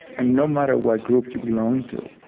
and no matter what group you belong to,